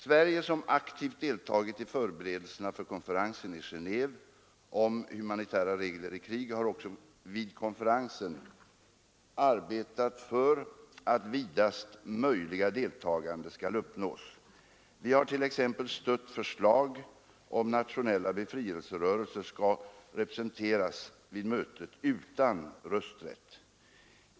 Sverige, som aktivt deltagit i förberedelserna för konferensen i Geneve om humanitära regler i krig, har också vid konferensen arbetat för att vidast möjliga deltagande skall uppnås. Vi har t.ex. stött förslag att nationella befrielserörelser skall representeras vid mötet utan rösträtt.